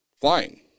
flying